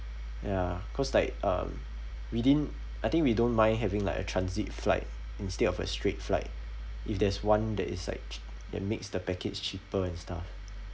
ya cause like um we didn't I think we don't mind having like a transit flight instead of a straight flight if there's one that is like that makes the package cheaper and stuff